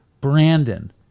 Brandon